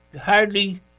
hardly